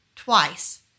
twice